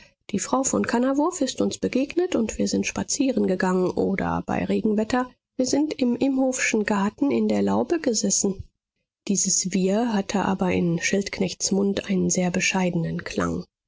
die frau von kannawurf ist uns begegnet und wir sind spazierengegangen oder bei regenwetter wir sind im imhoffschen garten in der laube gesessen dieses wir hatte aber in schildknechts mund einen sehr bescheidenen klang